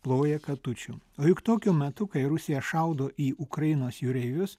ploja katučių o juk tokiu metu kai rusija šaudo į ukrainos jūreivius